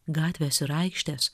gatvės ir aikštės